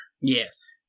Yes